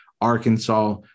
Arkansas